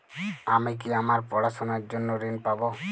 আমি কি আমার পড়াশোনার জন্য ঋণ পাব?